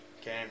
okay